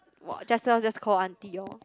!wah! just tell just call auntie loh